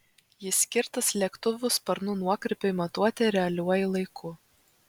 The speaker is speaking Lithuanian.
jis skirtas lėktuvų sparnų nuokrypiui matuoti realiuoju laiku